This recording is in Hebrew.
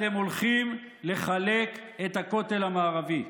אתם הולכים לחלק את הכותל המערבי.